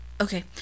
okay